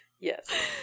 Yes